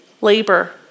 labor